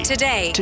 Today